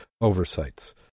oversights